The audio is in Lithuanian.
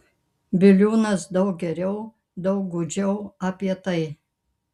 biliūnas daug geriau daug gūdžiau apie tai